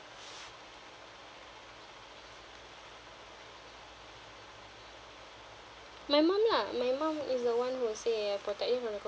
my mum lah my mum is the one who said I protect you from the cockroaches